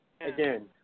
Again